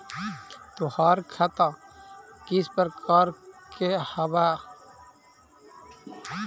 तोहार खता किस प्रकार के हवअ